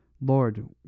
Lord